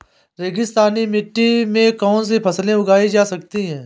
रेगिस्तानी मिट्टी में कौनसी फसलें उगाई जा सकती हैं?